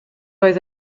oedd